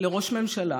לראש ממשלה